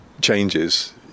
changes